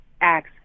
acts